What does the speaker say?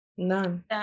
None